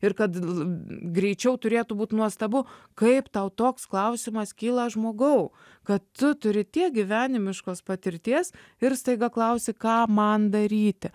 ir kad greičiau turėtų būt nuostabu kaip tau toks klausimas kyla žmogau kad tu turi tiek gyvenimiškos patirties ir staiga klausi ką man daryti